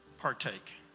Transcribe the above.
Partake